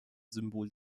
symbol